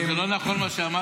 זה לא נכון מה שאמרת,